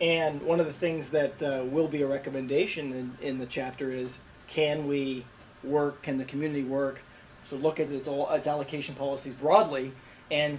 and one of the things that will be a recommendation in the chapter is can we work can the community work so look at this all as allocation policy broadly and